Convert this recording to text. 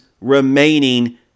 remaining